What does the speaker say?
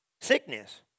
Sickness